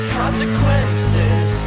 consequences